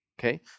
okay